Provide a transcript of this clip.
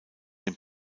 den